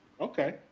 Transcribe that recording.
Okay